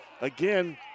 Again